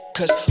Cause